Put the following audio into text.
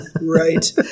Right